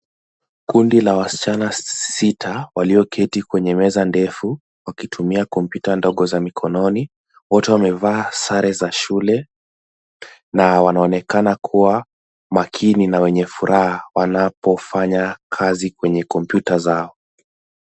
Kundi la wasichana sita walioketi kwenye meza ndefu wakitumia kompyuta ndogo za mikononi. Wote wamevaa sare za shule na wanaonekana kuwa makini na wenye furaha wanapofanya kazi kwenye kompyuta zao.